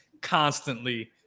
constantly